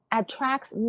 attracts